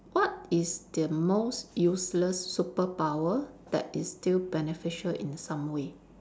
what is the most useless superpower that is still beneficial in some way